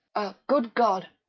a good god!